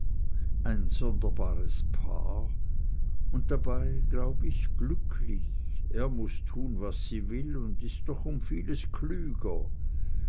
ein sonderbares paar und dabei glaub ich glücklich er muß tun was sie will und ist doch um vieles klüger